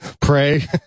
pray